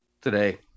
today